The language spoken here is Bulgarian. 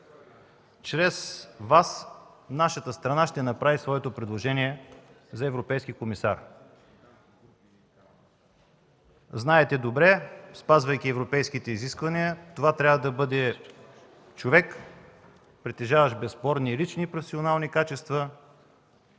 Чрез Вас нашата страна ще направи своето предложение за европейски комисар. Знаете добре, спазвайки европейските изисквания, че това трябва да бъде човек, притежаващ безспорни лични и професионални качества,